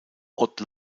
haute